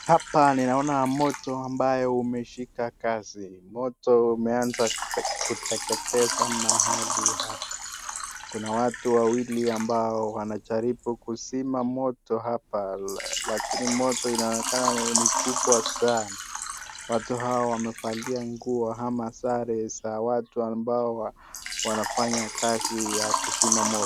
Hapa ninaona moto ambayo umeshika kasi. Moto umeanza kuteketeza mahali hapa. Kuna watu wawili ambao wanajaribu kuzima moto hapa lakini moto inaonekana ni kubwa sanaa. Watu hawa wamevalia nguo ama sare za watu ambao wanafanya kazi ya kuzima moto.